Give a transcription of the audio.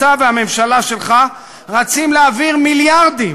אתה והממשלה שלך רצים להעביר מיליארדים